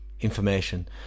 information